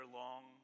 long